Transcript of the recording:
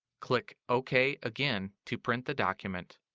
click ok again to print the document.